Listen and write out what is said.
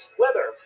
weather